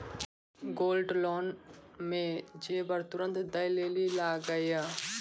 Gold loan मे जेबर तुरंत दै लेली लागेया?